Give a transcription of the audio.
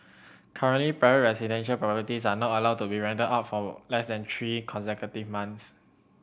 currently private residential properties are not allowed to be rented out for less than three consecutive months